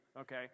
okay